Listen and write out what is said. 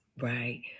right